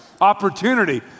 opportunity